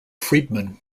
friedman